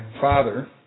father